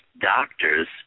doctors